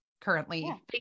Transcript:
currently